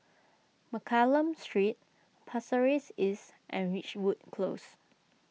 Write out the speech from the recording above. Mccallum Street Pasir Ris East and Ridgewood Close